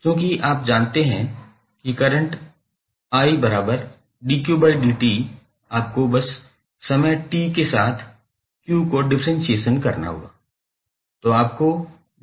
चूंकि आप जानते हैं कि करंट 𝑖𝑑𝑞𝑑𝑡 आपको बस समय 𝑡 के साथ 𝑞 को डिफ्रेंसिएशन करना होगा